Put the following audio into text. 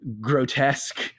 grotesque